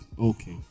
Okay